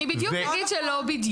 אני בדיוק אגיד שלא בדיוק.